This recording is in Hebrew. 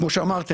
כמו שאמרתי,